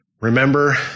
remember